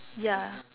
ya